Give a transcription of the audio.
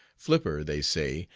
flipper, they say,